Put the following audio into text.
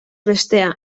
bestea